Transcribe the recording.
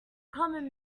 common